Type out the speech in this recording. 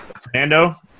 Fernando